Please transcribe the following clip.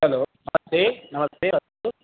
hello नमस्ते नमस्ते तु